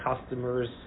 customers